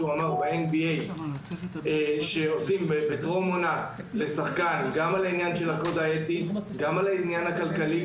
נעשית ב-NBA בטרום עונה לשחקן גם בעניין הקוד האתי וגם בעניין הכלכלי,